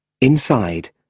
Inside